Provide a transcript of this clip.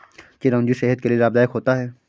चिरौंजी सेहत के लिए लाभदायक होता है